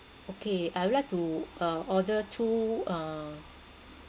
okay I would like to uh order two uh